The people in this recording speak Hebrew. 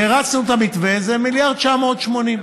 והרצנו את המתווה, זה מיליארד ו-980 מיליון,